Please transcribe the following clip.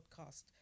podcast